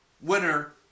winner